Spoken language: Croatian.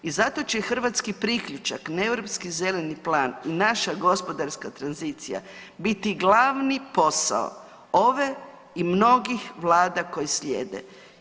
I zato će hrvatski priključak na Europski zeleni plan i naša gospodarska tranzicija biti glavni posao ove i mnogih vlada koji slijede.